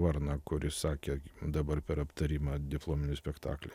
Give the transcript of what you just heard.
varną kuris sakė dabar per aptarimą diplominių spektaklių